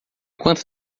quanto